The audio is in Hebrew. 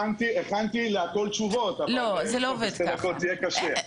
הכנתי תשובות לכול אבל בשתי דקות זה יהיה קשה.